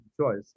choice